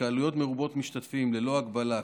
בהתקהלויות מרובות משתתפים ללא הגבלה,